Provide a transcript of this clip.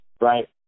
right